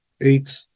eight